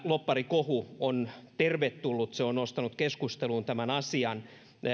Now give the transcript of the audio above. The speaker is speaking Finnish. lobbarikohu on tervetullut se on nostanut keskusteluun tämän asian